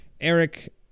Eric